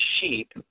sheep